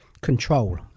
control